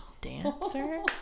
dancer